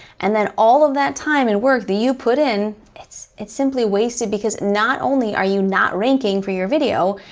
and then all of that time and work that you put in, it's it's simply wasted because not only are you not ranking for your video,